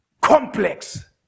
complex